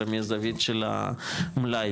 אלא מהזווית של המלאי,